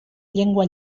llengua